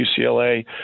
UCLA